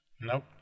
Nope